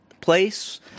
place